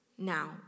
Now